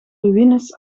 ruïnes